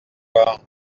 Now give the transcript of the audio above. loire